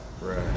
Right